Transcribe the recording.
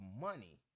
money